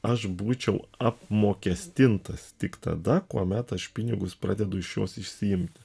aš būčiau apmokestintas tik tada kuomet aš pinigus pradedu iš jos išsiimti